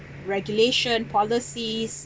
regulation policies